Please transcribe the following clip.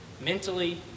mentally